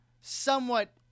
somewhat